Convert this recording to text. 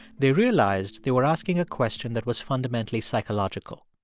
they realized they were asking a question that was fundamentally psychological.